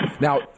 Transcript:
Now